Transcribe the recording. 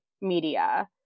media